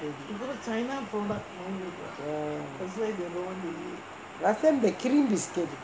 ah last time the cream biscuit